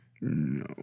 No